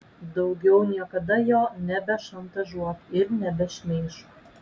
daugiau niekada jo nebešantažuok ir nebešmeižk